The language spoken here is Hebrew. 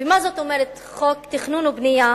ומה זאת אומרת חוק תכנון ובנייה